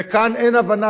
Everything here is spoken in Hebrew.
וכאן אין הבנה.